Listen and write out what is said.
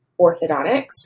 orthodontics